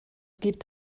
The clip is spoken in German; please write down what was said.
gibt